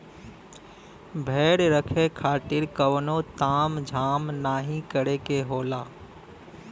भेड़ रखे खातिर कउनो ताम झाम नाहीं करे के होला